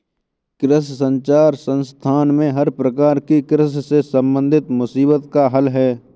कृषि संचार संस्थान में हर प्रकार की कृषि से संबंधित मुसीबत का हल है